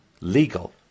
legal